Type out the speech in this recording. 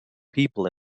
people